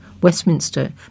Westminster